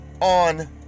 on